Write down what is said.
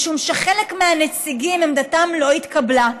משום שחלק מהנציגים, עמדתם לא התקבלה.